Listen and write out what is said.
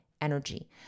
energy